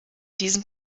diesem